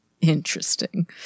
Interesting